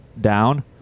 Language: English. down